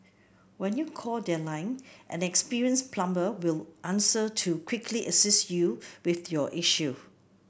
when you call their line an experienced plumber will answer to quickly assist you with your issue